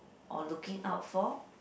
or looking out for